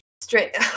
Straight